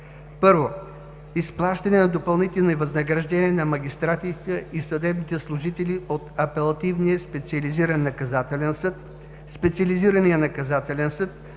1. Изплащане на допълнителни възнаграждения на магистратите и съдебните служители от Апелативния специализиран наказателен съд, Специализирания наказателен съд,